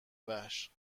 وحش